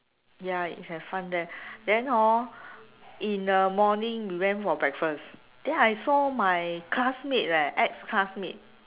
ya you have fun there then hor in the morning we went for breakfast then I saw my classmates leh ex classmate